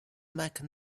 mecca